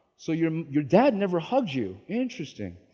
so your your dad never hugged you. interesting.